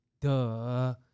Duh